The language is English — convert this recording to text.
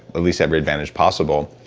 at least every advantage possible.